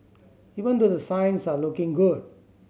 even though the signs are looking good